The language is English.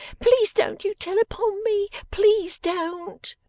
please don't you tell upon me, please don't